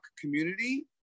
community